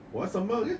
what sambal again